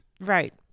Right